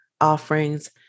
offerings